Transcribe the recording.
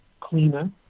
cleaner